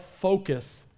focus